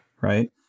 right